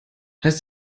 heißt